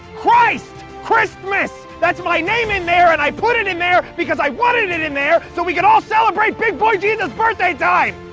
christ, christmas! that's my name in there and i put it in there because i wanted it in there so we could all celebrate big boy jesus birthday time!